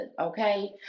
okay